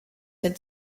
had